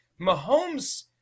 Mahomes